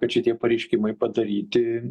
kad šitie pareiškimai padaryti